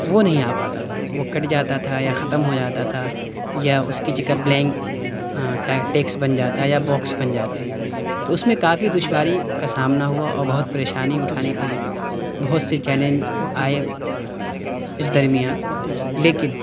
وہ نہیں آ پاتا تھا وہ کٹ جاتا تھا یا ختم ہو جاتا تھا یا اُس کی جگہ بلینک کیا ہے ٹیکس بن جاتا یا بوکس بن جاتے تو اُس میں کافی دشواری کا سامنا ہُوا اور بہت پریشانی اٹھانی پڑی بہت سے چیلنج آئے اِس درمیاں لیکن